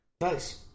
Nice